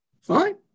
Fine